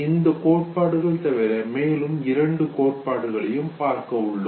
இந்த கோட்பாடுகள் தவிர மேலும் இரண்டு கோட்பாடுகளையும் பார்க்க உள்ளோம்